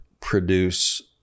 produce